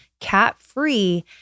catfree